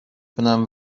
کنم